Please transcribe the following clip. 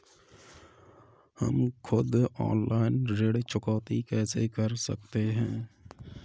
हम खुद ऑनलाइन ऋण चुकौती कैसे कर सकते हैं?